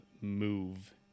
move